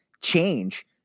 change